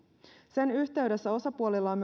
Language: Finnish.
sen yhteydessä osapuolilla on